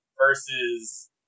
versus